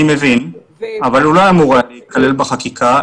הוא לא היה אמור להיכלל בחקיקה.